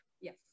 Yes